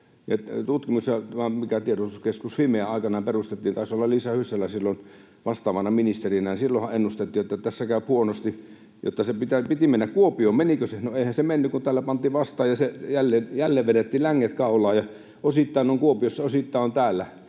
tämä lääkealan keskus, aikoinaan perustettiin, ja taisi olla Liisa Hyssälä silloin vastaavana ministerinä, silloinhan ennustettiin, että tässä käy huonosti. Sen piti mennä Kuopion, mutta menikö se? Eihän se mennyt, kun täällä pantiin vastaan, ja jälleen vedettiin länget kaulaan, ja osittain on Kuopiossa ja osittain on täällä.